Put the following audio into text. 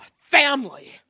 family